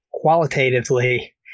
qualitatively